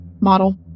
model